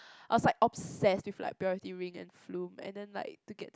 I was like obsessed with like Purity Ring and Flume and then like to get